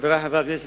חברי חברי הכנסת,